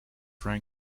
frame